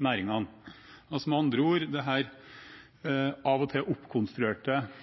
næringene. Med andre ord: Dette av og til oppkonstruerte ordskiftet rundt at vi ikke skal holde på med én ting fordi vi skal holde på med